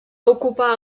ocupar